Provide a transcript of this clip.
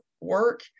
work